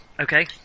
Okay